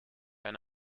eine